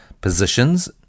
positions